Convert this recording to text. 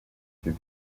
ibyo